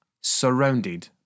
surrounded